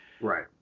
Right